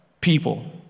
people